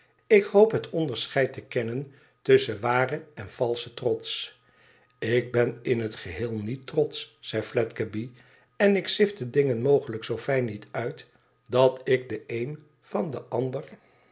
ik hoop het onderscheid te kennen tusschen waren en valschen trots lik ben in het geheel niet trotsch zei fledgeby ten ik zift de dingen mogelijk zoo fijn niet uit dat ik den een van den ander